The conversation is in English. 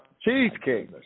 Cheesecake